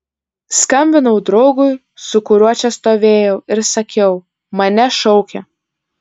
skambinau draugui su kuriuo čia stovėjau ir sakiau mane šaukia